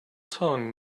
tongue